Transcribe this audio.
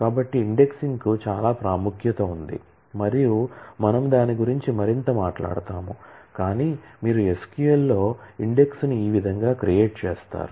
కాబట్టి ఇండెక్సింగ్కు చాలా ప్రాముఖ్యత ఉంది మరియు మనము దాని గురించి మరింత మాట్లాడుతాము కానీ మీరు SQL లో ఇండెక్స్ను ఈ విధంగా క్రియేట్ చేస్తారు